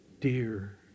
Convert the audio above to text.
dear